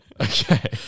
Okay